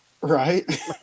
Right